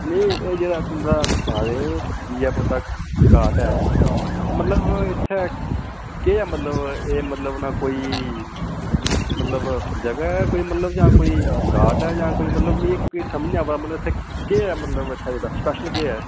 नेईं एह् जेह्ड़ा तुं'दा सना दे हे जि'या पोता घाट ऐ मतलब इत्थै केह् एह् मतलब एह् मतलब उ'नें कोई मतलब जगह ऐ मतलब जां कोई घाट ऐ जां कोई मतलब मीं समझ नेईं आवा दा मतलब के इत्थै स्पैशल केह् ऐ